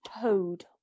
Toad